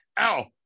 Ow